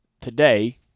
today